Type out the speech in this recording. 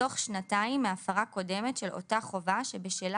בתוך שנתיים מהפרה קודמת של אותה חובה שבשלה